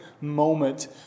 moment